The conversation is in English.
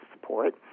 support